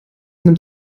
nimmt